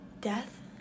death